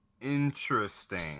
Interesting